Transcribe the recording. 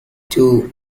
two